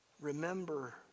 remember